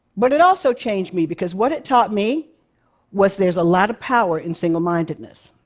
but it also changed me, because what it taught me was there's a lot of power in single-mindedness.